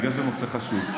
בגלל שזה נושא חשוב,